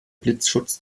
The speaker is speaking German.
blitzschutz